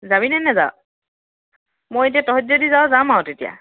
যাবিনে নেযাৱ মই এতিয়া তহঁতি যদি যাৱ যাম আৰু তেতিয়া